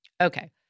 Okay